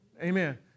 amen